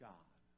God